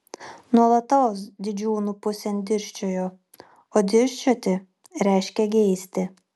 nuolatos didžiūnų pusėn dirsčiojo o dirsčioti reiškia geisti